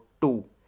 two